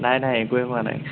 নাই নাই একোৱেই হোৱা নাই